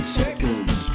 seconds